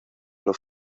nus